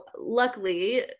luckily